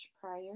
prior